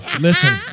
listen